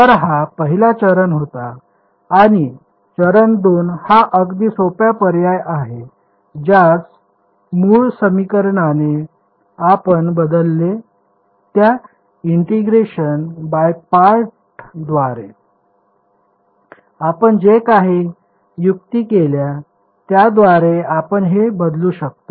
तर हा पहिला चरण होता आणि चरण 2 हा अगदी सोपा पर्याय आहे ज्यास मूळ समीकरणाने आपण बदलले त्या इंटिग्रेशन बाय पार्टसद्वारे आपण जे काही युक्ती केली त्याद्वारे आपण हे बदलू शकतो